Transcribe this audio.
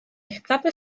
escape